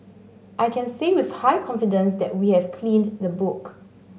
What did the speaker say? I can say with high confidence that we have cleaned the book